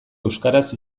euskaraz